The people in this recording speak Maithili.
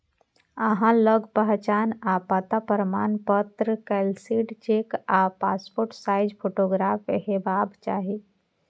अहां लग पहचान आ पता प्रमाणपत्र, कैंसिल्ड चेक आ पासपोर्ट साइज फोटोग्राफ हेबाक चाही